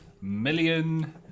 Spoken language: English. million